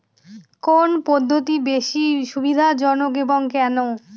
কোন পদ্ধতি বেশি সুবিধাজনক এবং কেন?